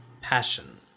passion